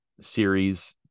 series